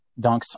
dunks